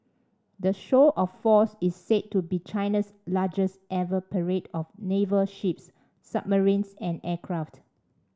the show of force is said to be China's largest ever parade of naval ships submarines and aircraft